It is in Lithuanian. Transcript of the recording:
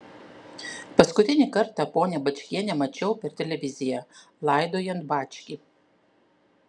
paskutinį kartą ponią bačkienę mačiau per televiziją laidojant bačkį